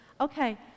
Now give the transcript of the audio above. okay